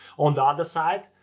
on the other side,